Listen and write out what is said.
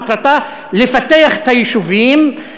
מטרתה לפתח את היישובים,